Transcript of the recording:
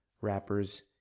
rappers